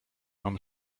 mam